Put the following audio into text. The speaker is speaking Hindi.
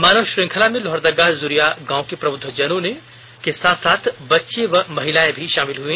मानव श्रंखला में लोहरदगा जुरिया गांव के प्रबुद्ध जनों के साथ साथ बच्चे और महिलाए भी शामिल हई